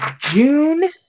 June